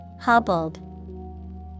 Hobbled